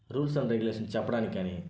rules and regulations చెప్పడానికి కాని